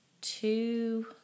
two